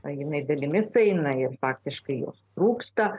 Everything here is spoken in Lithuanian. o jinai dalimis eina ir faktiškai jos trūksta